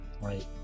right